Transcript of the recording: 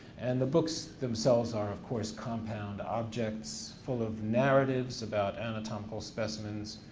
and the books themselves are of course compound objects, full of narratives about anatomical specimens,